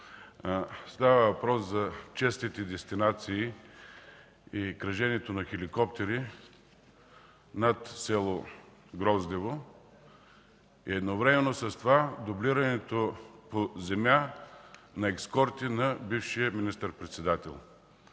Става въпрос за честите дестинации и кръженето на хеликоптери над село Гроздево. Едновременно с това има дублиране по земя на ескорти на бившия министър-председател.